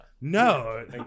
No